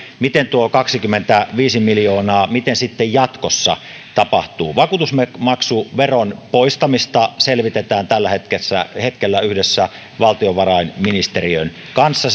miten tuo kaksikymmentäviisi miljoonaa miten sitten jatkossa tapahtuu vakuutusmaksuveron poistamista selvitetään tällä hetkellä yhdessä valtiovarainministeriön kanssa